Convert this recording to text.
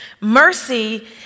Mercy